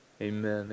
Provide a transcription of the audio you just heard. Amen